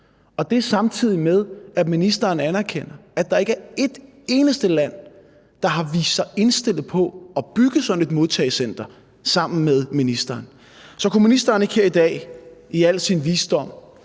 Og det er, samtidig med at ministeren anerkender, at der ikke er et eneste land, der har vist sig indstillet på at bygge sådan et modtagecenter sammen med ministeren. Så kunne ministeren ikke her i dag i al sin visdom